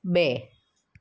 બે